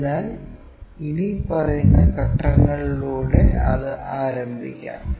അതിനാൽ ഇനിപ്പറയുന്ന ഘട്ടങ്ങളിലൂടെ അത് ആരംഭിക്കാം